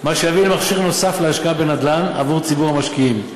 מה שיביא מכשיר נוסף להשקעה בנדל"ן עבור ציבור המשקיעים,